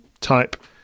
type